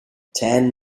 ten